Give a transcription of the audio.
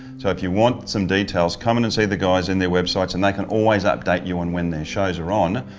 so if you want some details come in and see the guys in their websites, and they can always update you on when their shows are on.